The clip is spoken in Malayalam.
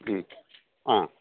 ഉം ആ